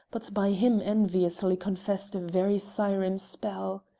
but by him enviously confessed a very siren spell.